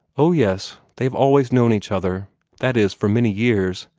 oh, yes, they've always known each other that is, for many years.